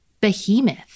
behemoth